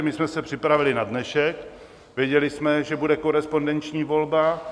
My jsme se připravili na dnešek, věděli jsme, že bude korespondenční volba.